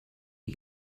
you